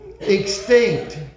extinct